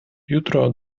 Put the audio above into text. jutro